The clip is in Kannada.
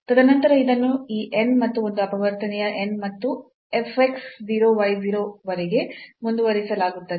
ತದನಂತರ ಇದನ್ನು ಈ n ಮತ್ತು ಒಂದು ಅಪವರ್ತನೀಯ n ಮತ್ತು fx 0 y 0 ವರೆಗೆ ಮುಂದುವರಿಸಲಾಗುತ್ತದೆ